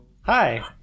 hi